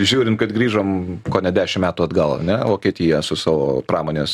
žiūrim kad grįžom kone dešimt metų atgal ane vokietija su savo pramonės